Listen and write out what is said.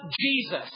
Jesus